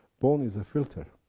bone is a filter.